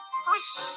swish